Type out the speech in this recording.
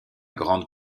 grande